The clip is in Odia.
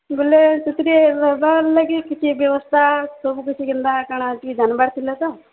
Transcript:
ବେଲେ ସେଥିରେ ରାହେବାର୍ ଲାଗି କିଛି ବ୍ୟବସ୍ଥା ସବୁ କିଛି କେନ୍ତା କାଣା ଟିକେ ଜନ୍ବାର୍ ଥିଲା ତ